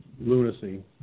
lunacy